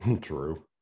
True